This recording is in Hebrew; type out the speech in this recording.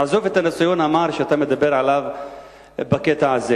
נעזוב את הניסיון המר שאתה מדבר עליו בקטע הזה.